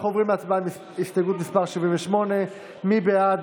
אנחנו עוברים להצבעה על הסתייגות מס' 78. מי בעד?